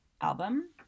album